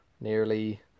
nearly